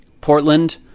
Portland